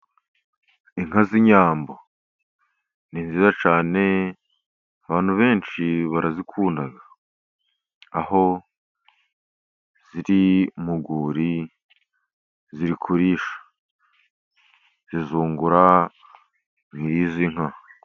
Inka z' inyambo ni nziza cyane, abantu benshi barazikunda aho ziri mu rwuri ziri kurisha. Zizungura nyiriz' inka.